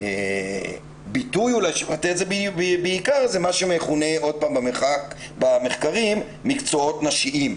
הביטוי של זה בעיקר הוא מה שמכונה במחקרים "מקצועות נשיים",